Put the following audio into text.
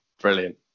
Brilliant